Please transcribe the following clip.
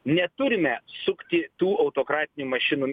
neturime sukti tų autokratinį mašinų